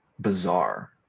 bizarre